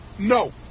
no